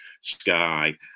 Sky